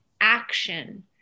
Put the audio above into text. action